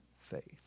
faith